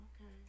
okay